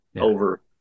over